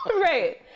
Right